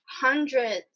hundreds